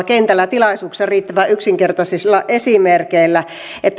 kentällä tilaisuuksissa riittävän yksinkertaisilla esimerkeillä